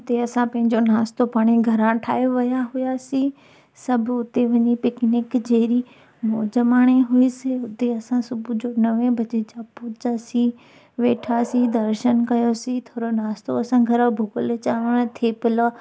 हुते असां पंहिंजो नाश्तो पाणी घरां ठाहे विया हुआसीं सभु उते वञी पिकनिक जहिड़ी मौज माणी हुई से हुते असां सुबुह जो नवे बजे पहुतासी वेठासी दर्शन कयोसी थोरो नाश्तो असां भुॻल चांवर थेपला